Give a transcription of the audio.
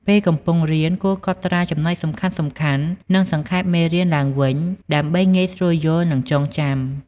ពេលកំពុងរៀន គួរកត់ត្រាចំណុចសំខាន់ៗ និងសង្ខេបមេរៀនឡើងវិញ ដើម្បីងាយស្រួលយល់ និងចងចាំ។